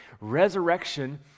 resurrection